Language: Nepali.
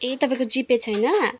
ए तपाईँको जिपे छैन